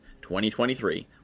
2023